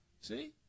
See